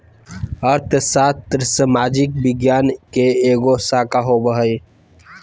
अर्थशास्त्र सामाजिक विज्ञान के एगो शाखा होबो हइ